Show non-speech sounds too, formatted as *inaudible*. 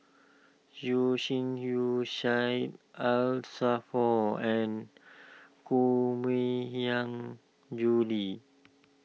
Yeo Shih Yun Syed *unintelligible* for and Koh Mui Hiang Julie